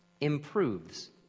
improves